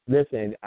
Listen